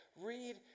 read